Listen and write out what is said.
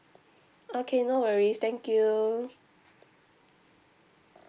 okay no worries thank you